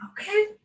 Okay